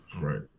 Right